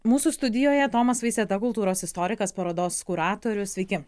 mūsų studijoje tomas vaiseta kultūros istorikas parodos kuratorius sveiki